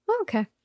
Okay